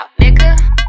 nigga